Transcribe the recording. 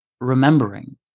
remembering